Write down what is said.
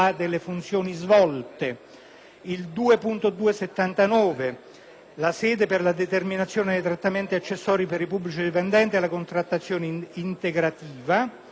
che la sede per la determinazione dei trattamenti accessori per i pubblici dipendenti è la contrattazione integrativa.